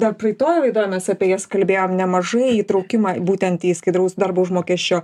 dar praeitoj laidoj mes apie jas kalbėjom nemažai įtraukimą būtent į skaidraus darbo užmokesčio